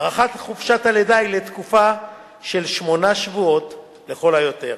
הארכת חופשת הלידה היא לתקופה של שמונה שבועות לכל היותר,